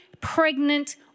pregnant